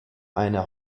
eine